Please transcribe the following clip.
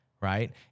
right